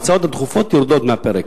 ההצעות הדחופות יורדות מהפרק.